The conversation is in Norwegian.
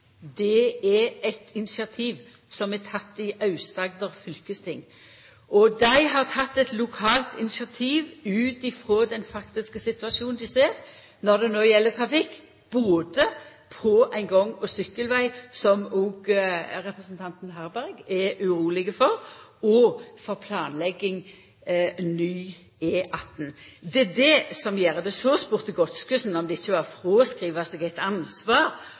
er eit initiativ som er teke i Aust-Agder fylkesting. Dei har teke eit lokalt initiativ ut frå den faktiske situasjonen dei ser når det no gjeld trafikk, både for ein gang- og sykkelveg – som òg representanten Harberg er uroleg for – og for planlegging av ny E18. Det er det som gjer det. Så spurde Godskesen om det ikkje var å fråskriva seg eit ansvar